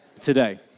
today